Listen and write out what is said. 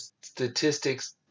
statistics